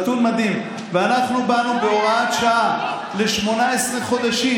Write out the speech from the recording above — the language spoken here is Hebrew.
ואנחנו באנו בהוראת שעה ל-18 חודשים,